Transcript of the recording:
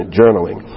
journaling